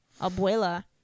Abuela